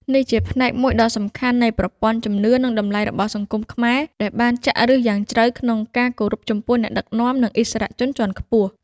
នេះជាផ្នែកមួយដ៏សំខាន់នៃប្រព័ន្ធជំនឿ និងតម្លៃរបស់សង្គមខ្មែរ ដែលបានចាក់ឫសយ៉ាងជ្រៅក្នុងការគោរពចំពោះអ្នកដឹកនាំ និងឥស្សរជនជាន់ខ្ពស់។